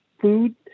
food